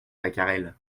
pacarel